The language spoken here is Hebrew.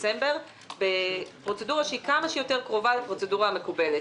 דצמבר בפרוצדורה שהיא כמה שהיא קרובה לפרוצדורה המקובלת.